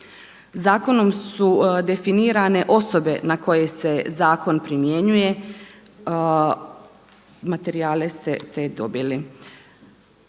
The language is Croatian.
Zakonom su definirane osobe na koje se zakon primjenjuje, materijale ste te dobili.